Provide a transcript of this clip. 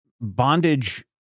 bondage